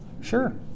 Sure